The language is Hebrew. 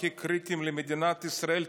הכי קריטיים למדינת ישראל,